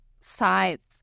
sides